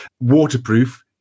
waterproof